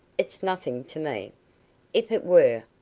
it's nothing to me. if it were,